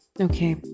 Okay